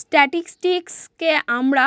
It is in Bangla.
স্ট্যাটিসটিককে আমরা